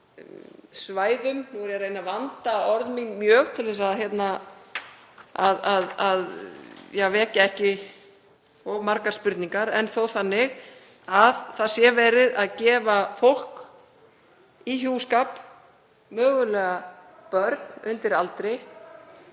svæðum — nú er ég að reyna að vanda orð mín mjög til að vekja ekki of margar spurningar — en þó þannig að verið sé að gefa fólk saman í hjúskap, mögulega börn undir aldri,